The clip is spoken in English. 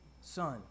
Son